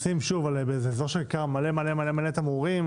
אבל לשים באזור מלא מלא תמרורים,